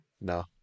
No